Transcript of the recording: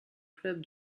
club